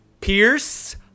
Pierce